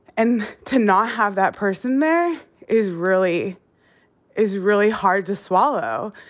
and to not have that person there is really is really hard to swallow.